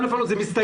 זו אחת הבעיות כרגע.